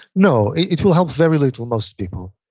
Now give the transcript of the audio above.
no, it will help very little most people.